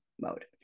mode